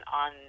on